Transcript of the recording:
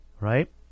right